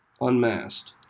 unmasked